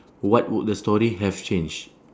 what would the story have change